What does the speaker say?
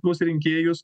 tuos rinkėjus